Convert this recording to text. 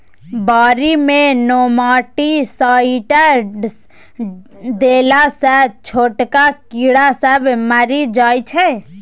बारी मे नेमाटीसाइडस देला सँ छोटका कीड़ा सब मरि जाइ छै